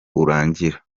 urangira